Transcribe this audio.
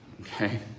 Okay